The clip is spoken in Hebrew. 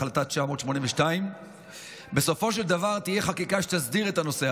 החלטה 982. בסופו של דבר תהיה חקיקה שתסדיר את הנושא,